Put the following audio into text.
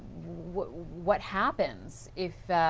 what what happens if,